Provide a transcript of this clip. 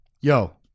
Yo